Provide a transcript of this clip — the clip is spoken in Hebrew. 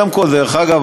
דרך אגב,